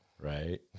Right